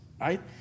right